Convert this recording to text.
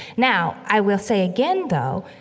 now, i will say again, though,